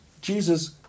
Jesus